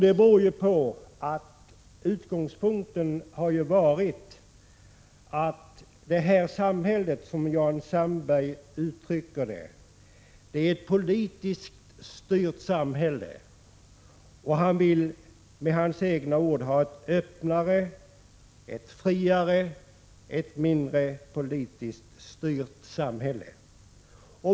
Det beror på att utgångspunkten har varit att det här samhället, som Jan Sandberg uttryckte det, är ett politiskt styrt samhälle. Jan Sandberg vill, med hans egna ord, ha ett öppnare, ett friare, ett mindre politiskt styrt samhälle.